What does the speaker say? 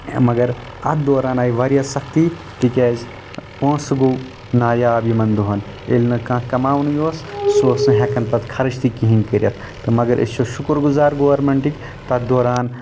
مگر اتھ دوران آیہِ واریاہ سختی تِکیٛازِ پۄنٛسہِ گوٚو نایاب یِمن دۄہن ییٚلہِ نہٕ کانٛہہ کماونٕے اوس سُہ اوس نہٕ ہٮ۪کان پتہٕ خرٕچ تہِ کہیٖنٛۍ کٔرتھ تہٕ مگر أسۍ چھِ شُکر گُزار گورمینٹٕکۍ تتھ دوران